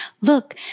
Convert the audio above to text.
look